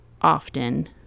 often